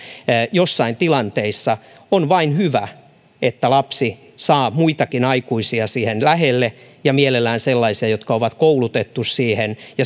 joissain tilanteissa on vain hyvä että lapsi saa muitakin aikuisia siihen lähelle ja mielellään sellaisia jotka ovat koulutettuja siihen